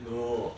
no